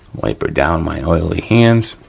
wipe her down, my oily hands.